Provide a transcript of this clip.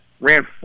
ran